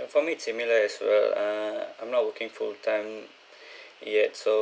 uh for me it's similar as err I'm not working full time yet so